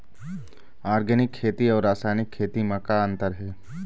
Organic खेती अउ रासायनिक खेती म का अंतर हे?